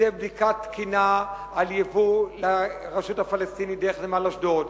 זו בדיקת תקינה על יבוא לרשות הפלסטינית דרך נמל אשדוד.